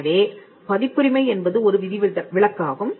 எனவே பதிப்புரிமை என்பது ஒரு விதிவிலக்காகும்